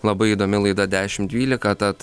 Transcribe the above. labai įdomi laida dešim dvylika tad